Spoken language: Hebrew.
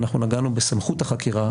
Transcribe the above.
אנחנו נגענו בסמכות החקירה,